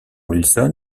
wilson